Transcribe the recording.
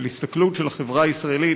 של הסתכלות אחרת של החברה הישראלית